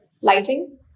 lighting